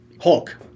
Hulk